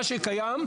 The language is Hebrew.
מה שקיים קיים.